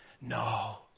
No